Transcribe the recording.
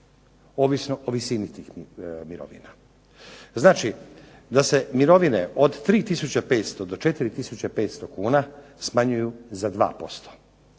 ovisno o visini tih mirovina. Znači, da se mirovine od 3500 do 4500 kuna smanjuju za 2%.